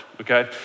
okay